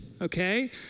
okay